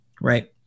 Right